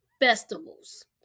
festivals